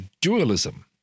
dualism